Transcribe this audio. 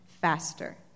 faster